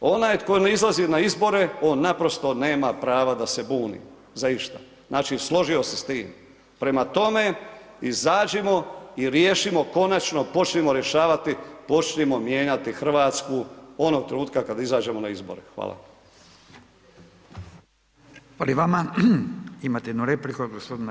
Onaj tko ne izlazi na izbore, on naprosto nema prava da se buni za išta, znači složio se s tim, prema tome, izađimo i riješimo konačno počnimo rješavati, počnimo mijenjati Hrvatsku onog trenutka kad izađemo na zbore, hvala.